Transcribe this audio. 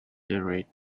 narrate